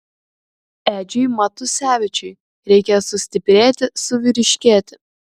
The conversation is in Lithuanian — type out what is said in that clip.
edžiui matusevičiui reikia sustiprėti suvyriškėti